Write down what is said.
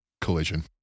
Collision